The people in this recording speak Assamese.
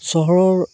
চহৰৰ